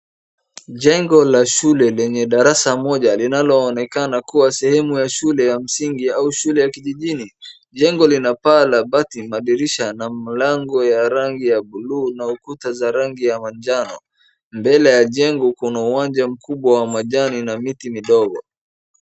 Jengo lla shule lenye darasa moja linaloonekana na kuwa sehemu ya shule ya msingi au shule ya kijijini. Jengo linapaa la bati, madirisha na mlango ya rangi ya buluu na ukuta za rangi ya manjano. Mbele ya jengo kuna uwanjo mkubwa wa manjano na miti midogo.